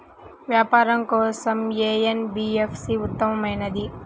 వ్యాపారం కోసం ఏ ఎన్.బీ.ఎఫ్.సి ఉత్తమమైనది?